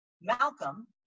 Malcolm